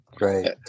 Right